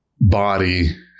body